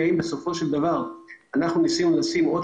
האם בסופו של דבר אנחנו ניסינו לשים עוד